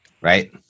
Right